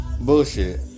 Bullshit